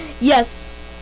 Yes